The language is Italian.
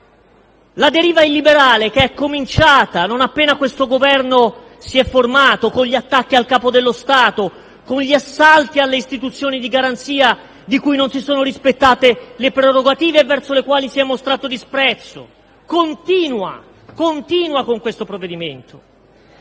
La deriva illiberale - cominciata non appena questo Governo si è formato, con gli attacchi al Capo dello Stato e gli assalti alle istituzioni di garanzia, di cui non si sono rispettate le prerogative e verso le quali si è mostrato disprezzo - continua con questo provvedimento;